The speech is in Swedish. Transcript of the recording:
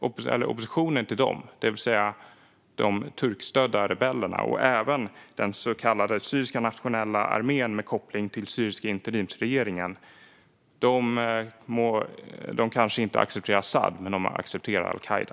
Oppositionen mot dem, det vill säga de turkstödda rebellerna och även den så kallade syriska nationella armén med koppling till den syriska interimsregeringen, kanske inte accepterar Asad, men de accepterar al-Qaida.